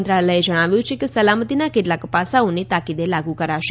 મંત્રાલયે જણાવ્યું છે કે સલામતીના કેટલાંક પાસાઓને તાકીદે લાગુ કરાશે